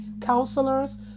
counselors